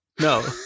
No